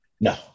No